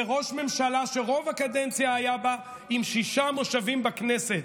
וראש ממשלה שרוב הקדנציה היה בה עם שישה מושבים בכנסת.